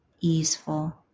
easeful